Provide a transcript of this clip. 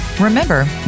Remember